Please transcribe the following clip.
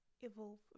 evolve